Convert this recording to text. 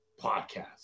Podcast